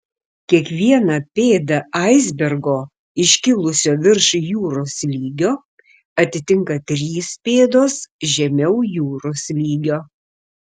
kiekvieną pėdą aisbergo iškilusio virš jūros lygio atitinka trys pėdos žemiau jūros lygio